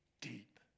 deep